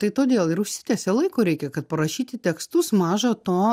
tai todėl ir užsitęsia laiko reikia kad parašyti tekstus maža to